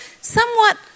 somewhat